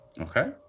Okay